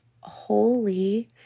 holy